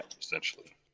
Essentially